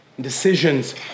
Decisions